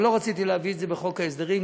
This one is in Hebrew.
אבל לא רציתי להביא את זה בחוק ההסדרים,